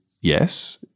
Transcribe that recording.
yes